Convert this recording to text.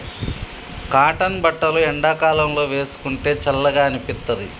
cotton బట్టలు ఎండాకాలం లో వేసుకుంటే చల్లగా అనిపిత్తది